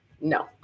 no